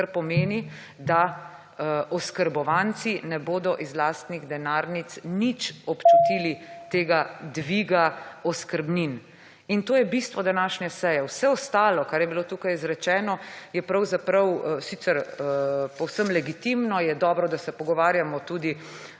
pomeni, da oskrbovanci ne bodo iz lastnih denarnic nič občutili / znak za konec razprave/ tega dviga oskrbnin. In to je bistvo današnje seje. Vse ostalo, kar je bilo tukaj izrečeno je pravzaprav, sicer povsem legitimno, je dobro da se pogovarjamo tudi